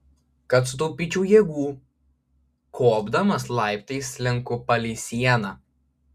kad sutaupyčiau jėgų kopdamas laiptais slenku palei sieną